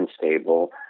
unstable